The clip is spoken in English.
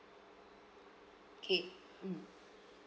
okay mm